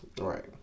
Right